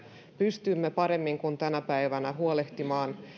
pystymme paremmin kuin tänä päivänä huolehtimaan